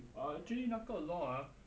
eh actually 那个 law ah